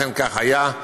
כך היה.